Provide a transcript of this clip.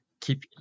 keep